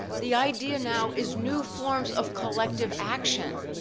the idea now is new forms of collective action,